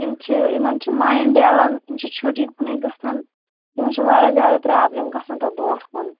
یِم چھِ یِمَن چھُ مایِنٛڈ ڈَلان یِم چھِ چھُٹی کُنٕے گژھان یِمَن چھِ واریاہ زیادٕ پرٛابلِم گژھان پَتہٕ برونٛٹھ کُن